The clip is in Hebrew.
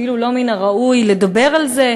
כאילו לא מן הראוי לדבר על זה,